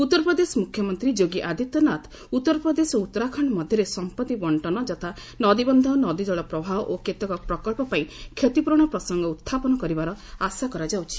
ଉତ୍ତର ପ୍ରଦେଶ ମୁଖ୍ୟମନ୍ତ୍ରୀ ଯୋଗୀ ଆଦିତ୍ୟନାଥ ଉତ୍ତର ପ୍ରଦେଶ ଓ ଉତ୍ତରାଖଣ୍ଡ ମଧ୍ୟରେ ସମ୍ପର୍ତ୍ତି ବର୍ଷନ ଯଥା ନଦୀବନ୍ଧ ନଦୀଜଳ ପ୍ରବାହ ଓ କେତେକ ପ୍ରକଚ୍ଚପାଇଁ କ୍ଷତିପୂରଣ ପ୍ରସଙ୍ଗ ଉତ୍ଥାପନ କରିବାର ଆଶା କରାଯାଉଛି